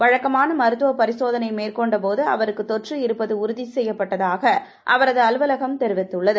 வழக்கமான மருத்துவ பரிசோதனை மேற்கொண்ட போது அவருக்கு தொற்று இருப்பது உறுதி செய்யப்பட்டதாக அவரது அலுவலகம் தெரிவித்துள்ளது